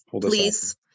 Please